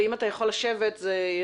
קק"ל והיא מנסה לייצר מצב כזה שבאמת